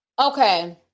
okay